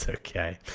ah okay.